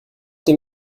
dem